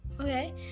Okay